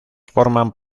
forman